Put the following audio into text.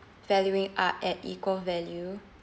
valuing art at equal value